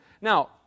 Now